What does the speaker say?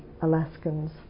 Alaskans